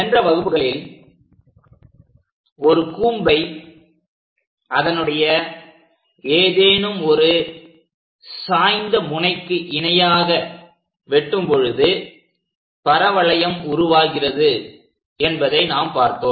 சென்ற வகுப்புகளில் ஒரு கூம்பை அதனுடைய ஏதேனும் ஒரு சாய்ந்த முனைக்கு இணையாக வெட்டும் பொழுது பரவளையம் உருவாகிறது என்பதை நாம் பார்த்தோம்